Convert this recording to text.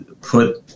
put